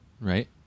Right